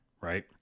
right